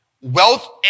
Wealth